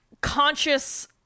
conscious